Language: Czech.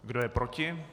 Kdo je proti?